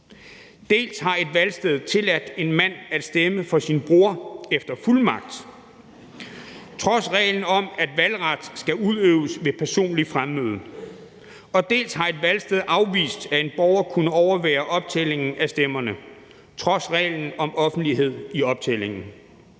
Dels har et valgsted tilladt en mand at stemme for sin bror efter fuldmagt trods reglen om, at valgret skal udøves ved personligt fremmøde, dels har et valgsted afvist, at en borger kunne overvære optællingen af stemmerne trods reglen om offentlighed i optællingen.